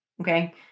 okay